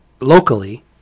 locally